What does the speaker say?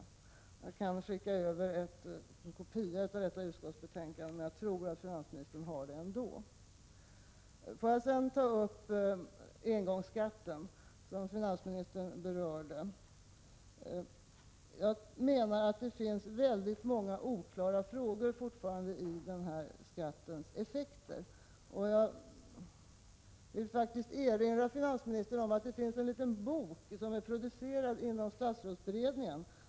Jag skulle kunna skicka över en kopia av detta utskottsbetänkande, men jag tror att finansministern har det ändå. Låt mig sedan ta upp engångsskatten, som finansministern berörde. Det finns fortfarande många oklara punkter när det gäller den här skattens effekter. Jag vill faktiskt erinra finansministern om att det finns en liten bok som är producerad inom statsrådsberedningen.